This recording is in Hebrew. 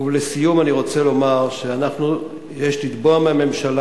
ולסיום אני רוצה לומר שאנחנו, יש לתבוע מהממשלה